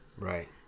Right